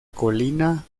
colina